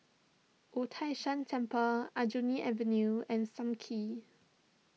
Wu Tai Shan Temple Aljunied Avenue and Sam Kee